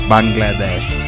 Bangladesh